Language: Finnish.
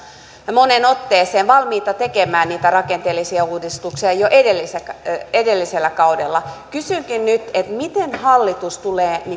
moneen otteeseen valmiita tekemään niitä rakenteellisia uudistuksia jo edellisellä kaudella kysynkin nyt miten hallitus tulee